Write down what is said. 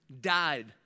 died